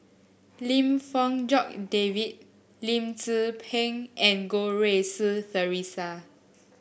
Lim Fong Jock David Lim Tze Peng and Goh Rui Si Theresa